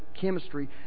chemistry